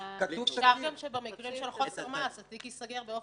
אפשר שבמקרים של חוסר מעש התיק ייסגר באופן